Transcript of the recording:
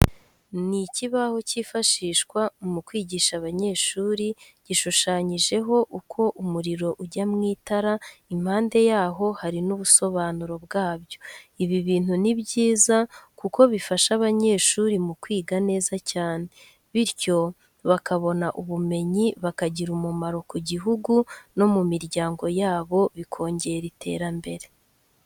Ni ikibaho cyifashishwa mukwigisha abanyeshuri, gishushanyijeho uko umuriro ujya mu itara. Impande yaho, hari n'ubusobanuro bwabyo, ibi bintu ni byiza kuko bifasha abanyeshuri mukwiga neza cyane. Bityo bakabona ubumenyi bakagira umumaro ku gihugu no mu miryango yabo bikongera iterambere.